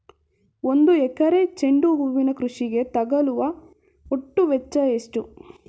ಒಂದು ಎಕರೆ ಚೆಂಡು ಹೂವಿನ ಕೃಷಿಗೆ ತಗಲುವ ಒಟ್ಟು ವೆಚ್ಚ ಎಷ್ಟು?